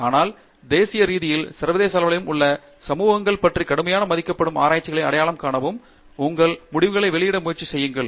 ஆனால் தேசிய ரீதியிலும் சர்வதேச அளவிலும் உள்ள சமூகங்களைப் பற்றிக் கடுமையாக மதிக்கப்படும் ஆராய்ச்சிகளை அடையாளம் காணவும் அங்கு உங்கள் முடிவுகளை வெளியிட முயற்சி செய்யுங்கள்